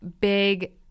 big